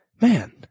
man